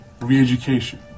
re-education